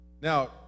now